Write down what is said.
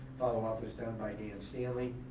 follow-up was done by dan stanley,